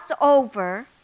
over